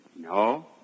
No